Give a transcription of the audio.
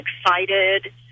excited